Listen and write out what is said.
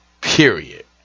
Period